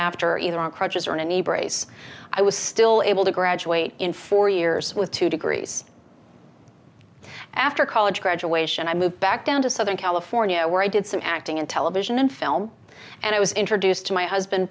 after either on crutches or in any brace i was still able to graduate in four years with two degrees after college graduation i moved back down to southern california where i did some acting in television and film and i was introduced to my husband